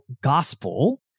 gospel